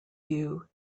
you